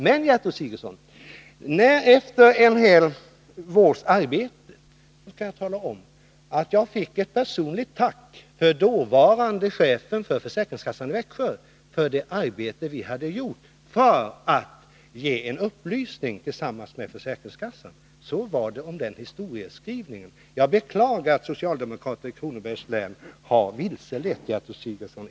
Och, Gertrud Sigurdsen, efter en hel vårs arbete fick jag ett personligt tack från dåvarande chefen för försäkringskassan i Växjö för det arbete som vi hade lagt ned för upplysning. Så förhöll det sig med historieskrivningen. Jag beklagar att socialdemokrater i Kronobergs län i detta fall har vilselett Gertrud Sigurdsen.